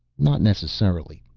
not necessarily.